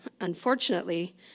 unfortunately